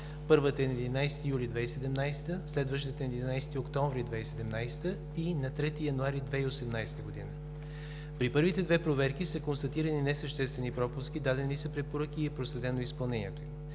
Първата е на 11 юли 2017 г., следващата е на 11 октомври 2017 г. и на 3 януари 2018 г. При първите две проверки са констатирани несъществени пропуски, дадени са препоръки и е проследено изпълнението им.